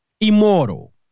Immortal